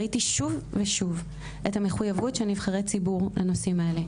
ראיתי שוב ושוב את המחויבות של נבחרי ציבור לנושאים האלה.